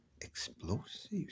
explosives